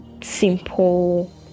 simple